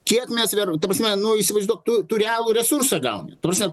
kiek mes ta prasme nu įsivaizduok tu tu realų resursą gauni ta prasme